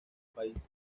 país